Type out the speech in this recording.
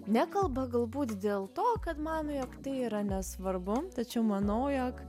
nekalba galbūt dėl to kad mano jog tai yra nesvarbu tačiau manau jog